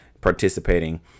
participating